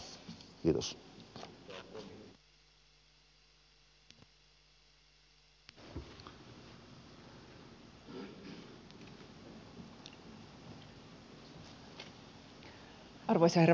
arvoisa herra puhemies